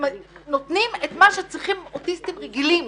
נותנים את מה שצריכים אוטיסטים רגילים.